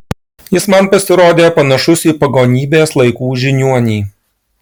jis man pasirodė panašus į pagonybės laikų žiniuonį